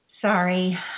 sorry